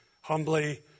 humbly